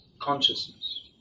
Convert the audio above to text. consciousness